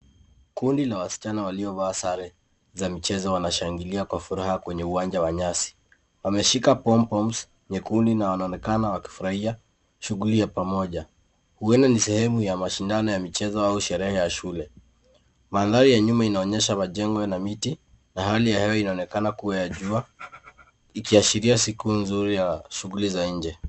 Kundi la wasichana waliovaa sare za michezo wanashangikia kwa furaha kwa uwanja wa nyasi. Wameshika pomboms nyekundu na wanaonekana wakifurahia shughuli ya pamoja. Huenda ni sehemu ya mashindano ya michezo au sherehe ya shule. Mandhari ya nyuma yanaonyesha majengo na miti na hali ya hewa yanaonekana kuwa ya jua ikiashiria siku nzuri ya shughuli za nje.